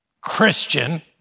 Christian